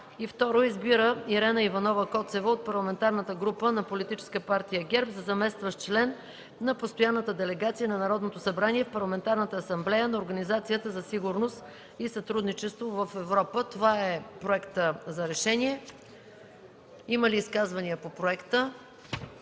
2. Избира Ирена Иванова Коцева от Парламентарната група на Политическа партия ГЕРБ за заместващ член на Постоянната делегация на Народното събрание в Парламентарната асамблея на Организацията за сигурност и сътрудничество в Европа.” Има ли изказвания по проекта?